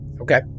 Okay